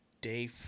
Day